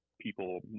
people